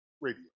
Radio